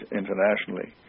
internationally